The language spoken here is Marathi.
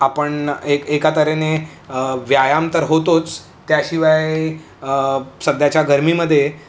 आपण एक एका तऱ्हेने व्यायाम तर होतोच त्याशिवाय सध्याच्या गरमीमध्ये